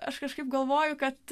aš kažkaip galvoju kad